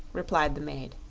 replied the maid.